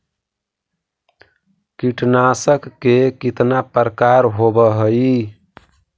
कीटनाशक के कितना प्रकार होव हइ?